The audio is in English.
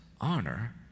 honor